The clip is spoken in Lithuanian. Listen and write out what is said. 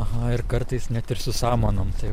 aha ir kartais net ir su samanom tai